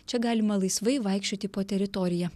čia galima laisvai vaikščioti po teritoriją